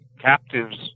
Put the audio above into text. captives